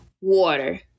water